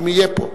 אם יהיה פה.